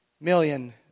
million